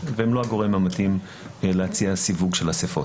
והם לא הגורם המתאים להציע סיווג של אסיפות.